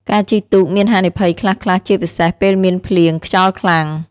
ការជិះទូកមានហានិភ័យខ្លះៗជាពិសេសពេលមានភ្លៀងខ្យល់ខ្លាំង។